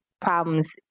problems